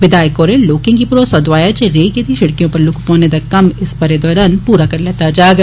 विघायक होरें लोकें गी भरोसा दोआया जे रेई गेदी सिड़कें उप्पर लुक्क पौआने दा कम्म इस बरे दौरान पूरा करी लैता जाग